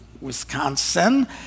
Wisconsin